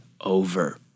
over